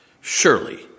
surely